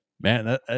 man